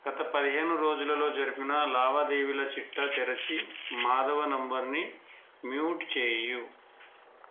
గత పదిహేను రోజులలో జరిపిన లావాదేవీల చిట్టా తెరచి మాధవ నంబర్ని మ్యూట్ చేయు